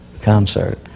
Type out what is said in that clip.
concert